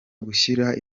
gushyira